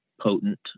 potent